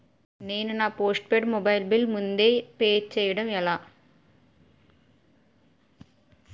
నేను నా postpaid mobile bill ముందే పే చేయడం ఎలా?